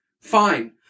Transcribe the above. Fine